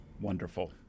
wonderful